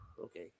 Okay